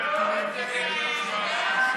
הצעה להעביר את הצעת חוק המפלגות (תיקון מס'